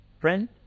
Friend